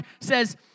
says